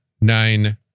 nine